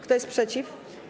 Kto jest przeciw?